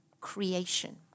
creation